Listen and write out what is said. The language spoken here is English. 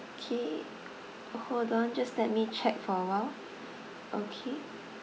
okay hold on just let me check for a while okay